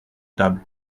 table